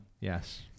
Yes